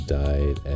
died